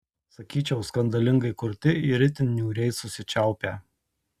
sakyčiau skandalingai kurti ir itin niūriai susičiaupę